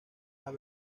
las